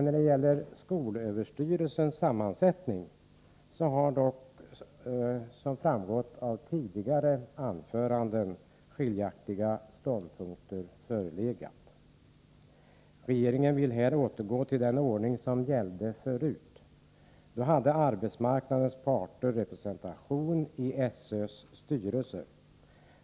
När det gäller skolöverstyrelsens sammansättning har dock, som framgått av tidigare anföranden, skiljaktiga ståndpunkter förelegat. Regeringen vill här återgå till den ordning som gällde förut. Då hade arbetsmarknadens parter representation i SÖ:s styrelse.